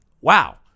wow